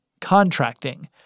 contracting